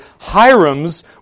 Hiram's